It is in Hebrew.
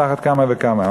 על אחת כמה וכמה.